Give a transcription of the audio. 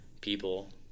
people